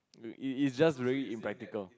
is is just really impractical